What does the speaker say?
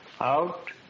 out